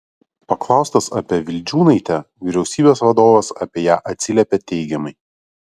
paklaustas apie vildžiūnaitę vyriausybės vadovas apie ją atsiliepė teigiamai